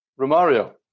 Romario